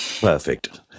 perfect